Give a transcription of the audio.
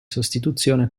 sostituzione